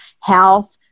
health